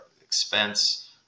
expense